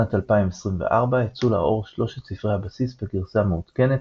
בשנת 2024 יצאו לאור שלושת ספרי הבסיס בגרסה מעודכנת,